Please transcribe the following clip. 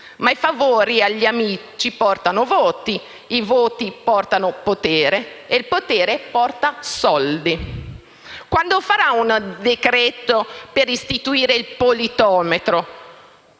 Ma i favori agli amici portano voti, i voti portano potere e il potere porta soldi. Quando farà un decreto-legge per istituire il politometro?